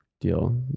Deal